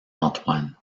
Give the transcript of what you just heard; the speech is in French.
antoine